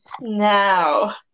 now